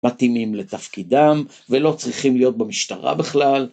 מתאימים לתפקידם ולא צריכים להיות במשטרה בכלל.